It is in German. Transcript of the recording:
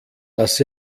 dass